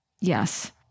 Yes